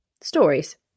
stories